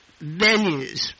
venues